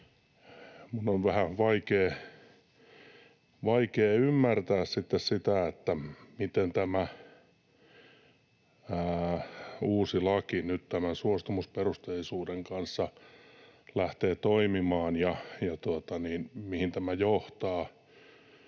Minun on vähän vaikea ymmärtää sitten, miten tämä uusi laki nyt tämän suostumusperusteisuuden kanssa lähtee toimimaan ja mihin tämä johtaa